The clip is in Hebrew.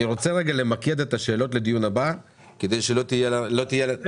אני רוצה למקד את השאלות לדיון הבא כדי שלא תהיינה לנו הפתעות.